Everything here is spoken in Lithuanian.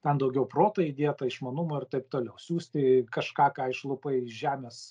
ten daugiau proto įdėta išmanumo ir taip toliau siųsti kažką ką išlupai iš žemės